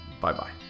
Bye-bye